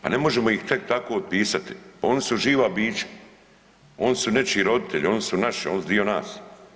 Pa ne možemo ih tek tako otpisati, pa oni su živa bića, oni su nečiji roditelji, oni su dio nas.